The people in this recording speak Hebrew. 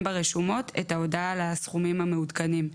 ברשומות את ההודעה על הסכומים המעודכנים,